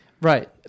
Right